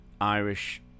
Irish